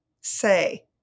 say